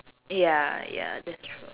ya ya that's true